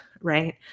right